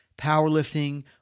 powerlifting